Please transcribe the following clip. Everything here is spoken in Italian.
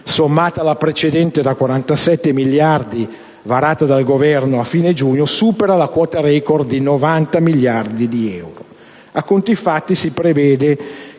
sommata alla precedente da 47 miliardi, varata dal Governo a fine giugno, supera la quota *record* dei 90 miliardi di euro.